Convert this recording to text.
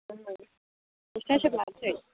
बस्था हिसाब लानोसै